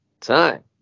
time